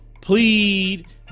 plead